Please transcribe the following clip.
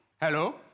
Hello